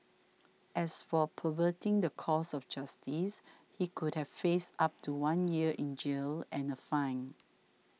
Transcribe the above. as for perverting the course of justice he could have faced up to one year in jail and a fine